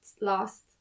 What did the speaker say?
last